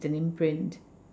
it's an imprint